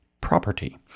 property